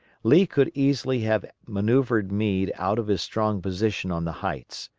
lee could easily have manoeuvred meade out of his strong position on the heights,